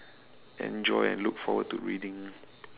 enjoy and look forward to reading